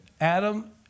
Adam